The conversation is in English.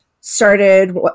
started